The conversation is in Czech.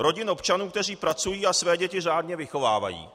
Rodin občanů, kteří pracují a své děti řádně vychovávají.